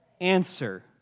Answer